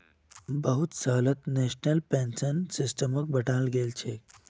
बहुत सालत national pension सिस्टमक बंटाल गेलछेक